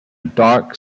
dark